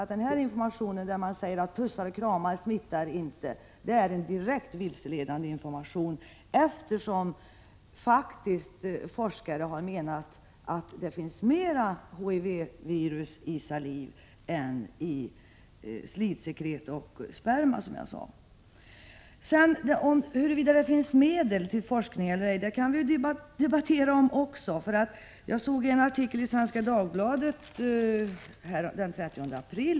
att informationen om att pussar och kramar inte smittar är direkt vilseledande. Vissa forskare har funnit att det finns mera HIV-virus i saliv än i slidsekret och sperma, som jag nyss sade. Frågan om huruvida det finns medel till forskningen eller ej kan vi också debattera. Den 30 april läste jag en artikel i Svenska Dagbladet.